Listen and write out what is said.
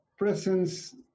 presence